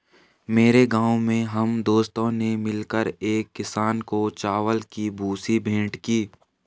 मेरे गांव में हम दोस्तों ने मिलकर एक किसान को चावल की भूसी भेंट की